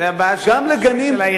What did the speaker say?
זאת הבעיה של העיריות,